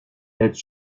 têtes